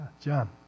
John